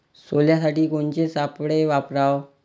सोल्यासाठी कोनचे सापळे वापराव?